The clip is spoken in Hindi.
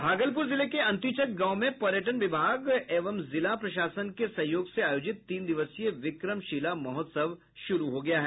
भागलपुर जिले के अंतीचक गांव में पर्यटन विभाग एवं जिला प्रशासन के सहयोग से आयोजित तीन दिवसीय विक्रमशिला महोत्सव शुरू हो गया है